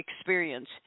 experience